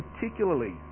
particularly